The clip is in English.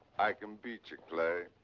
i can beat you, clay.